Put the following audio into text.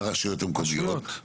כן, הרשויות המקומיות.